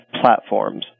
platforms